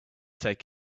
take